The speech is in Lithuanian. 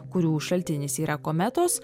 kurių šaltinis yra kometos